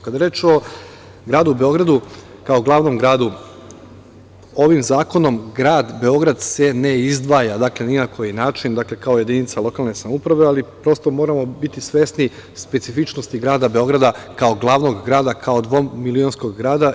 Kada je reč o gradu Beogradu, kao glavnom gradu, ovim zakonom grad Beograd se ne izdvaja ni na koji način kao jedinica lokalne samouprave, ali prosto moramo biti svesni specifičnosti grada Beograda kao glavnog grada, kao dvomilionskog grada.